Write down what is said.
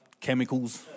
chemicals